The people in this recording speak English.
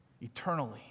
eternally